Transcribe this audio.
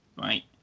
right